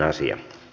asia